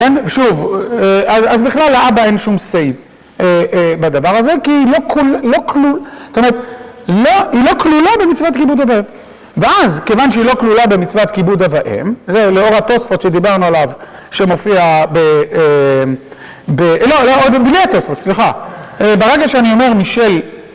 שוב, אז בכלל לאבא אין שום סיי בדבר הזה כי היא לא כלולה במצוות כיבוד אב ואם. ואז כיוון שהיא לא כלולה במצוות כיבוד אב ואם, זה לאור התוספות שדיברנו עליו שמופיע ב... לא, בני התוספות, סליחה. ברגע שאני אומר משל...